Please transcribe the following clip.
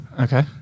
Okay